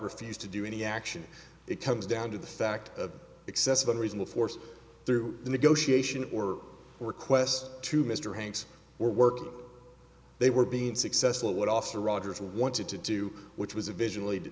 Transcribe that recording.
refused to do any action it comes down to the fact of excessive unreasonable force through negotiation or request to mr hanks were working they were being successful what officer rogers wanted to do which was a visual aid